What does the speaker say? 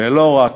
ולא רק